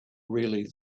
really